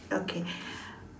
okay